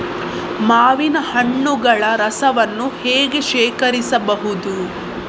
ಮಾವಿನ ಹಣ್ಣುಗಳ ರಸವನ್ನು ಹೇಗೆ ಶೇಖರಿಸಬಹುದು?